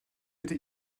bitte